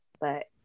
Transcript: But-